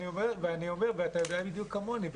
אתה יודע בדיוק כמוני,